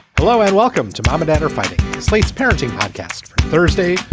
hello and welcome to mama better funding slate's parenting podcast, thursday,